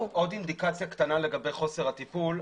אינדיקציה קטנה נוספת לגבי חוסר הטיפול.